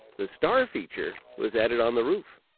the star feature was added on the roof.